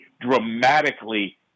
dramatically